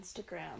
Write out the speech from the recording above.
Instagram